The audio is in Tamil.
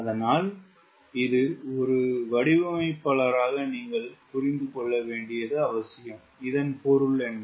அதனால் இது ஒரு வடிவமைப்பாளராக நீங்கள் புரிந்து கொள்ள வேண்டியது அவசியம் இதன் பொருள் என்ன